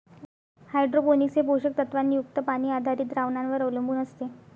hydroponics हे पोषक तत्वांनी युक्त पाणी आधारित द्रावणांवर अवलंबून असते